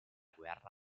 guerra